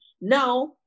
Now